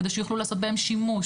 כדי שיוכלו לעשות בהם שימוש,